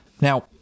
Now